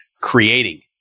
creating